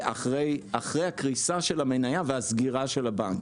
אחרי הקריסה של המניה והסגירה של הבנק.